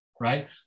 right